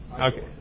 Okay